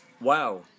Wow